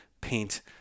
paint